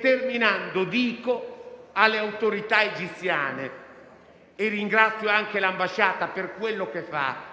Terminando, dico alle autorità egiziane, ringraziando anche l'ambasciata per quello che fa